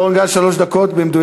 חבר הכנסת שרון גל, שלוש דקות במדויק.